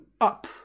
up